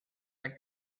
are